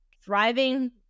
thriving